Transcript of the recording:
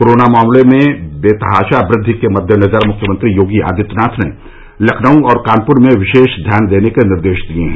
corona मामलों में बेतहाशा वृद्धि के मद्देनजर मुख्यमंत्री योगी आदित्यनाथ ने लखनऊ और कानपुर में विशेष ध्यान देने के निर्देश दिए हैं